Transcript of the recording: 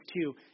two